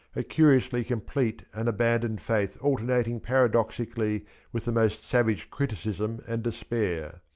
a curiously complete and abandoned faith alternating paradoxically with the most savage criticism and despair.